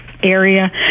area